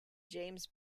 james